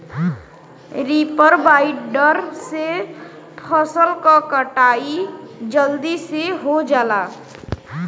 reaper binder से फसल क कटाई जलदी से हो जाला